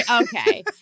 Okay